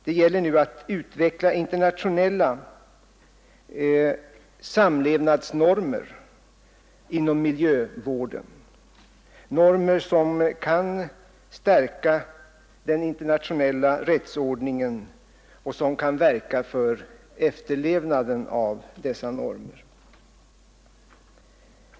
Det gäller nu att skapa internationella samlevnadsnormer inom miljövården och att inom ramen för den internationella rättsordningen verka för efterlevnaden av dessa normer.